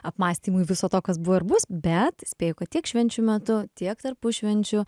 apmąstymui viso to kas buvo ir bus bet spėju kad tiek švenčių metu tiek tarpušvenčiu